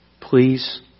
Please